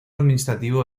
administrativo